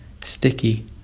sticky